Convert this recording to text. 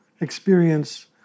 experience